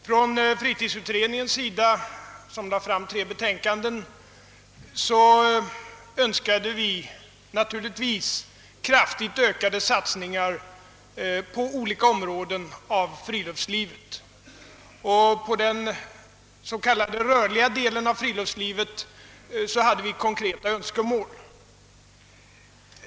Fritidsutredningen, som lade fram tre betänkanden, önskade naturligtvis kraftigt ökade satsningar på olika områden av friluftslivet, och på den s.k. rörliga delen av friluftslivet framlades konkreta önskemål.